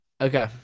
Okay